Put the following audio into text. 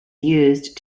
used